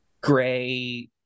gray